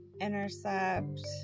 Intercept